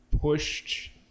pushed